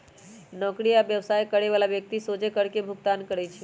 नौकरी आ व्यवसाय करे बला व्यक्ति सोझे कर के भुगतान करइ छै